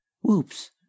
Whoops